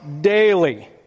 daily